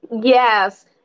Yes